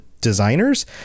designers